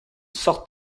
sorte